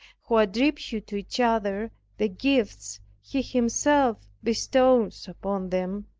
who attribute to each other the gifts he himself bestows upon them,